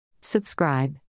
Subscribe